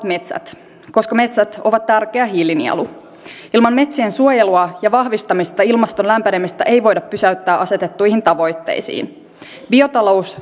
metsät koska metsät ovat tärkeä hiilinielu ilman metsien suojelua ja vahvistamista ilmaston lämpenemistä ei voida pysäyttää asetettuihin tavoitteisiin biotalous